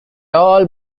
all